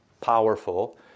powerful